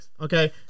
Okay